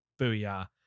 Booyah